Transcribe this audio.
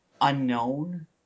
unknown